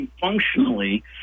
functionally